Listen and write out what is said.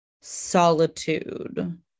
solitude